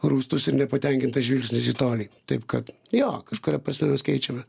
rūstus ir nepatenkintas žvilgsnis į tolį taip kad jo kažkuria prasme mes keičiame